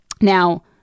Now